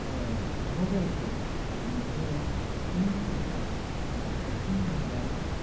नभेलखौ मोनसे थुनफावथाय एबा सावथुन महराव